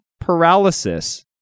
paralysis